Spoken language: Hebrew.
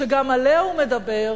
שגם עליה הוא מדבר,